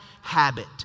habit